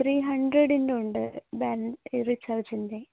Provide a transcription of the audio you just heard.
three ഹൺഡ്രഡിൻ്റെ ഉണ്ട് ബൻ റിചാർജിൻ്റെ